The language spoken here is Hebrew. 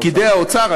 פקידי האוצר,